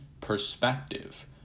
perspective